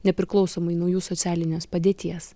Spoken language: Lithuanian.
nepriklausomai nuo jų socialinės padėties